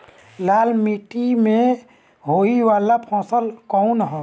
लाल मीट्टी में होए वाला फसल कउन ह?